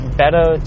better